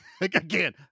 again